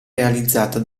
realizzata